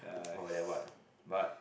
or that what but